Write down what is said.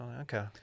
Okay